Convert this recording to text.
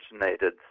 originated